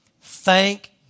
Thank